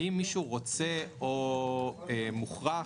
האם מישהו רוצה או מוכרח?